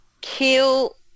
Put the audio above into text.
kill